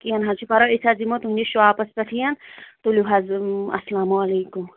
کیٚنٛہہ نہَ حظ چھُ پَرواے أسۍ حظ یِمو تُہٕنٛدِس شاپس پٮ۪ٹھٕے ین تُلِو حظ اَسلامُ علیکُم